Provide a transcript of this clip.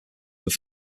were